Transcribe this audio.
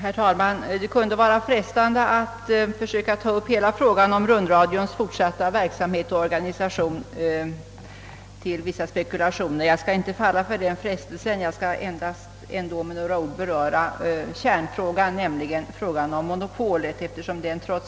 Herr talman! Det vore frestande att här anlägga synpunkter på hela frågan om rundradions fortsatta verksamhet och organisation. Jag skall emellertid inte falla för den frestelsen utan endast med några ord beröra kärnproblemet, d.v.s. monopolfrågan, eftersom den ju